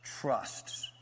trusts